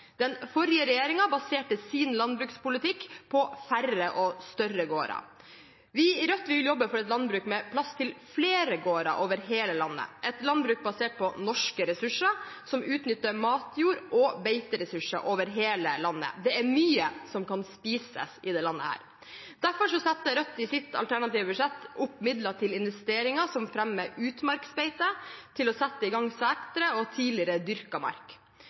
Den forrige regjeringen baserte sin landbrukspolitikk på færre og større gårder. Vi i Rødt vil jobbe for et landbruk med plass til flere gårder over hele landet, et landbruk basert på norske ressurser og som utnytter matjord og beiteressurser over hele landet. Det er mye som kan spises i dette landet. Derfor setter Rødt i sitt alternative budsjett opp midler til investeringer som fremmer utmarksbeite, til å sette i gang setre og tidligere dyrka mark.